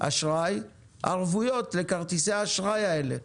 ערבויות לכרטיסי אשראי כאלה.